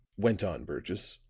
went on burgess.